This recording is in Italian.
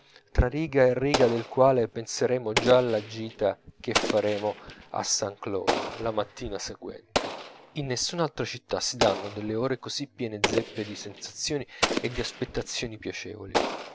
tra riga e riga del quale penseremo già alla gita che faremo a saint cloud la mattina seguente in nessun'altra città si danno delle ore così piene zeppe di sensazioni e di aspettazioni piacevoli